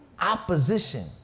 opposition